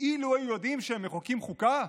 אילו היו יודעים שהם מחוקקים חוקה?